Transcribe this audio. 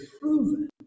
proven